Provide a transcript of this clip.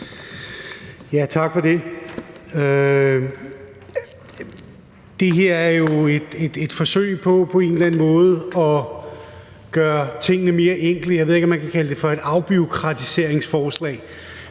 Tak for det. Det her er jo et forsøg på på en eller anden måde at gøre tingene mere enkle. Jeg ved ikke, om man kan kalde det for et afbureaukratiseringsforslag,